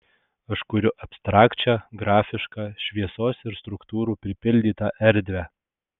aš kuriu abstrakčią grafišką šviesos ir struktūrų pripildytą erdvę